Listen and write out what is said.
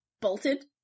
bolted